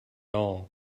all